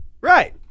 Right